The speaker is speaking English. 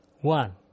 one